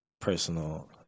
personal